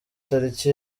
tariki